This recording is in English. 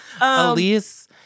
Elise